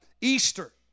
Easter